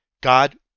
God